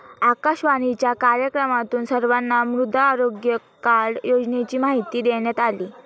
आकाशवाणीच्या कार्यक्रमातून सर्वांना मृदा आरोग्य कार्ड योजनेची माहिती देण्यात आली